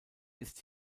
ist